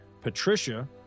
Patricia